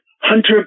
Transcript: Hunter